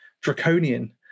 draconian